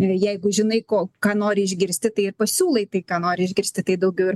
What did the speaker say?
jeigu žinai ko ką nori išgirsti tai ir pasiūlai tai ką nori išgirsti tai daugiau ir kalbi apie